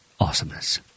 awesomeness